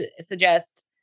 suggest